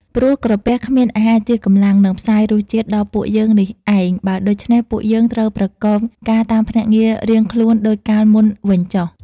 ព្រោះក្រពះគ្មាន អាហារជាកម្លាំង នឹងផ្សាយរសជាតិដល់ពួកយើងនេះឯង បើដូច្នេះពួកយើង ត្រូវប្រកបការតាមភ្នាក់ងាររៀងខ្លួនដូចកាលមុនវិញចុះ។